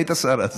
היית שר אז.